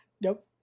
Nope